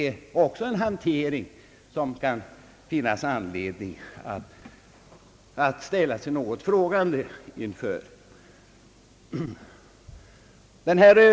Det är också en hantering, som det kan finnas anledning att ställa sig något frågande inför.